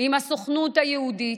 עם הסוכנות היהודית,